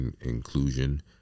inclusion